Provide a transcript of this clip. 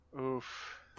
Oof